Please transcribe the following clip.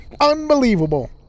Unbelievable